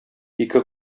ике